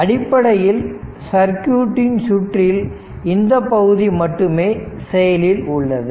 அடிப்படையில் சர்க்யூட் இன் சுற்றில் இந்த பகுதி மட்டுமே செயலில் உள்ளது